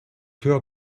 cœur